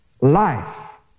life